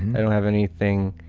i don't have anything